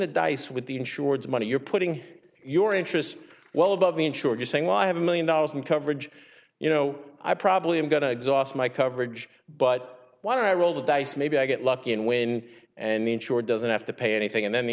the dice with the insurance money you're putting your interest well above the insured you're saying i have a million dollars in coverage you know i probably am going to exhaust my coverage but why don't i roll the dice maybe i get lucky and win and the insured doesn't have to pay anything and then the